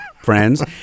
friends